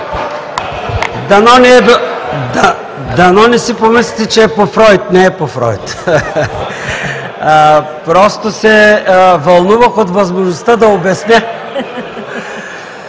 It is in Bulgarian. Дано не си помислите, че е по Фройд. Не е по Фройд. Просто се вълнувах от възможността да обясня.